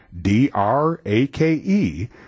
D-R-A-K-E